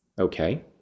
okay